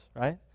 right